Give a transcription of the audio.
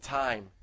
time